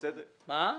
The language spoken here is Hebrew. כמה ערבים?